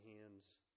hands